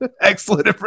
excellent